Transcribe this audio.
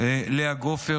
לאה גופר,